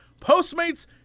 Postmates